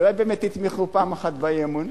אולי באמת תתמכו פעם אחת באי-אמון.